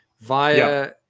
via